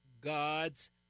God's